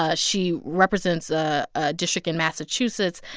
ah she represents a ah district in massachusetts.